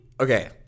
Okay